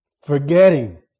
Forgetting